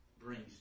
brings